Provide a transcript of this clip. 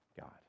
God